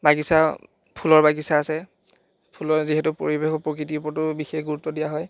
বাগিচা ফুলৰ বাগিচা আছে ফুলৰ যিহেতু পৰিৱেশৰ প্ৰকৃতিৰ ওপৰতো বিশেষ গুৰুত্ব দিয়া হয়